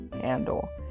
handle